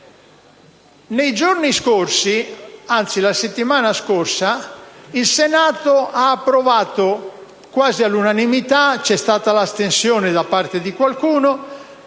essere eccessivi. La settimana scorsa, il Senato ha approvato quasi all'unanimità (c'è stata l'astensione da parte di qualcuno)